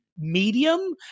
medium